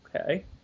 okay